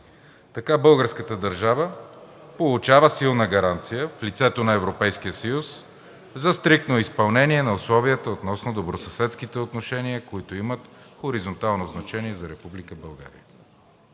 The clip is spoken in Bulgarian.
Така българската държава получава силна гаранция в лицето на Европейския съюз за стриктно изпълнение на условията относно добросъседските отношения, които имат хоризонтално значение за